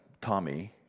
Tommy